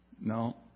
No